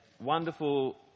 wonderful